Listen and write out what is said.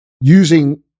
using